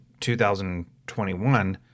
2021